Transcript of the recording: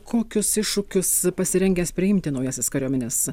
kokius iššūkius pasirengęs priimti naujasis kariuomenės